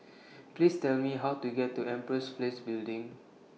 Please Tell Me How to get to Empress Place Building